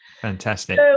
Fantastic